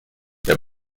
der